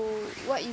to what you